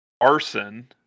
arson